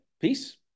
Peace